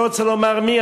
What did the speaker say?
אני לא רוצה לומר מי,